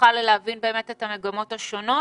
שנוכל להבין את המגמות השונות.